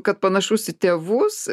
kad panašus į tėvus